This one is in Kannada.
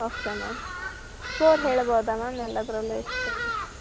ಓಕೆ ಮ್ಯಾಮ್ ಸ್ಕೋರ್ ಹೇಳ್ಬೋದಾ ಮ್ಯಾಮ್ ಎಲ್ಲದರಲ್ಲು ಎಷ್ಟು ತೆಗ್ದು